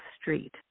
street